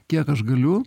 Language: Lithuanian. kiek aš galiu